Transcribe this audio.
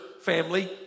family